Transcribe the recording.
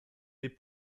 des